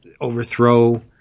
overthrow